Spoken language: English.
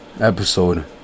episode